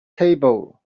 table